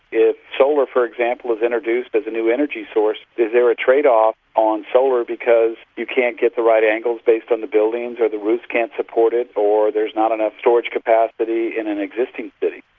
if solar, for example, is introduced as a new energy source, is there a trade-off on solar because you can't the right angles based on the buildings or the roof can't support it or there's not enough storage capacity in an existing city?